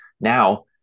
Now